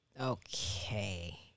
Okay